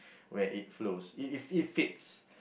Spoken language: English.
where it flows if if if fits